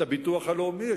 את הביטוח הלאומי,